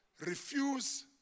Refuse